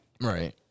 Right